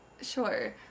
Sure